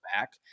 back